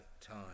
time